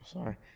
Sorry